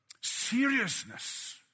seriousness